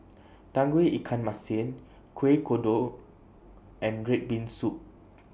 Tauge Ikan Masin Kueh Kodok and Red Bean Soup